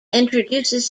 introduces